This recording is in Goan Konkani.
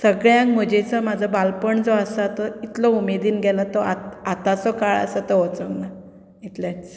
सगळ्यांत मजेचो म्हजो बालपण जो आसा तो इतलो उमेदीन गेला तो आत आतांचो काळ आसा तो वचूंक ना इतलेंच